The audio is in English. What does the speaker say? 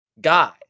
guy